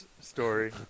story